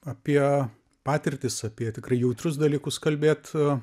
apie patirtis apie tikrai jautrius dalykus kalbėt